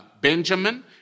Benjamin